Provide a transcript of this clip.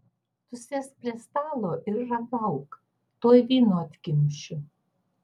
tu sėsk prie stalo ir ragauk tuoj vyno atkimšiu